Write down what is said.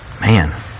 Man